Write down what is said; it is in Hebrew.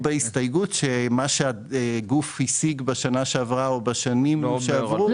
ובהסתייגות שמה שגוף השיג בשנה שעברה או בשנים שעברו,